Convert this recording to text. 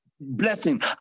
blessing